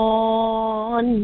on